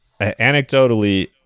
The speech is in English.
Anecdotally